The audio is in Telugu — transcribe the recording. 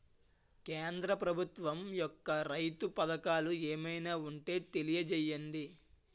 కేంద్ర ప్రభుత్వం యెక్క రైతు పథకాలు ఏమైనా ఉంటే తెలియజేయండి?